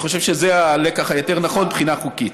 אני חושב שזה הלקח היותר-נכון מבחינה חוקית.